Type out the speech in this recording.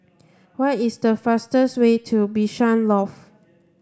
what is the fastest way to Bishan Loft